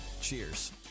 Cheers